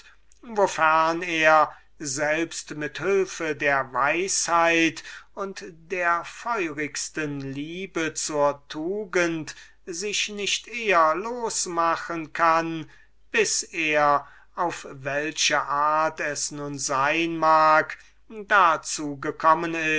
und mit der feurigsten liebe zur tugend sich nicht eher losmachen kann bis er auf welche art es nun sein mag